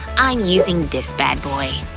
i'm using this bad boy.